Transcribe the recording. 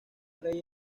rey